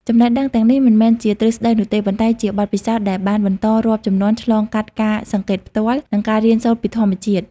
ចំណេះដឹងទាំងនេះមិនមែនជាទ្រឹស្តីនោះទេ ប៉ុន្តែជាបទពិសោធន៍ដែលបានបន្តរាប់ជំនាន់ ឆ្លងកាត់ការសង្កេតផ្ទាល់ និងការរៀនសូត្រពីធម្មជាតិ។